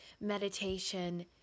meditation